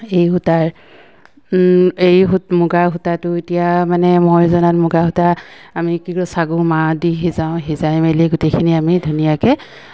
এৰী সূতাৰ এৰী মুগা সূতাটো এতিয়া মানে মই জনাত মুগা সূতা আমি কি কৰোঁ ছাগু মাৰ দি সিজাওঁ সিজাই মেলি গোটেইখিনি আমি ধুনীয়াকৈ